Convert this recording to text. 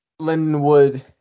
Lindenwood